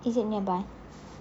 is it nearby